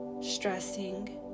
stressing